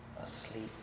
asleep